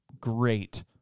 great